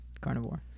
Carnivore